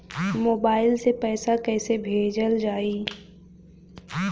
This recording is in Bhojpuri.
मोबाइल से पैसा कैसे भेजल जाइ?